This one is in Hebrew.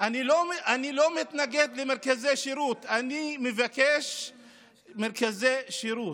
אני לא מתנגד למרכזי שירות, אני מבקש מרכזי שירות.